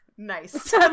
Nice